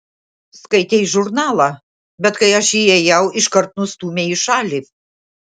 skaitei žurnalą bet kai aš įėjau iškart nustūmei į šalį